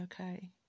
okay